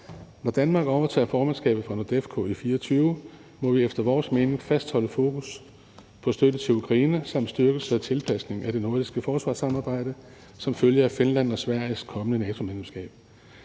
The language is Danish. Når Danmark overtager formandskabet for NORDEFCO i 2024, må vi efter vores mening fastholde fokus på støtte til Ukraine samt styrkelse og tilpasning af det nordiske forsvarssamarbejde som følge af Finlands og Sveriges kommende NATO-medlemskab.